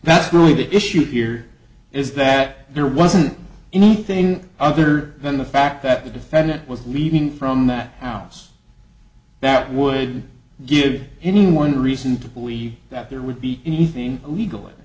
that's really the issue here is that there wasn't anything other than the fact that the defendant was leaving from that house that would give anyone reason to believe that there would be anything illegal i